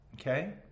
okay